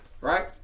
Right